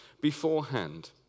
beforehand